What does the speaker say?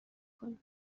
کنید